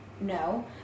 No